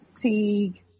Teague